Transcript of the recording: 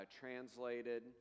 translated